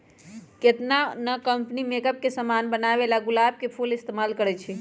केतना न company makeup के समान बनावेला गुलाब के फूल इस्तेमाल करई छई